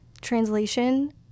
translation